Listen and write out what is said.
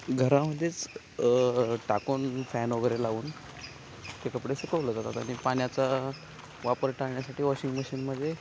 घरामध्येच टाकून फॅन वगैरे लावून ते कपडे सुकवलं जातात आणि पाण्याचा वापर टाळण्यासाठी वॉशिंग मशीनमध्ये